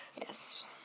Yes